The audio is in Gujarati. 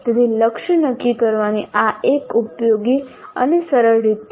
તેથી લક્ષ્ય નક્કી કરવાની આ એક ઉપયોગી અને સરળ રીત છે